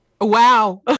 Wow